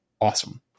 awesome